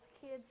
kids